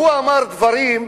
הוא אמר דברים,